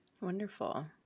Wonderful